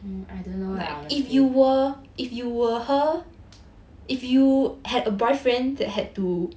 err I don't know lah as in